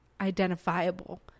identifiable